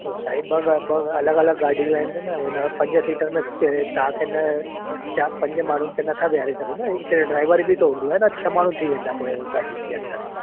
तो साईं ॿ गा ॿ अलॻि अलॻि गाॾियूं आहिनि हुन खां पंज सीटर में चए तव्हांखे न चारि पंज माण्हुनि खे न नथा वेहारे सघूं न हिकु ड्राइवर बि त हूंदो आहे न छह माण्हू थी वेंदा पोइ उहो गाॾी जे अंदरु